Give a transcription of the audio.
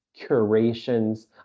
curations